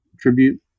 tribute